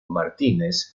martínez